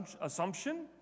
assumption